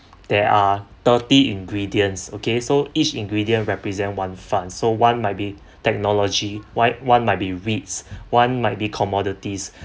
that are thirty ingredients okay so each ingredient represent one fund so one might be technology why one might be reads one might be commodities